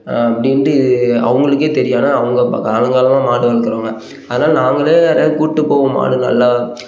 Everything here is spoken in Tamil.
அப்படின்ட்டு இது அவங்களுக்கே தெரியும் ஆனால் அவங்க இப்போ காலங்காலமாக மாடு வளத்துறவங்க அதனால் நாங்களே யாரையாவது கூப்பிட்டு போவோம் மாடு நல்லா